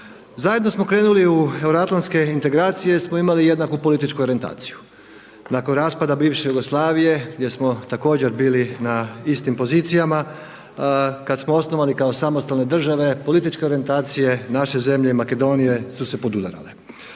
Zajedno smo krenuli u euroatlantske integracije jer smo imali jednaku političku orijentaciju. Nakon raspada bivše Jugoslavije gdje smo također bili na istim pozicijama, kad smo osnovani kao samostalna država, političke orijentacije naše zemlje i Makedonije su se podudarale.